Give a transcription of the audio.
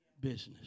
business